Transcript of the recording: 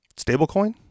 Stablecoin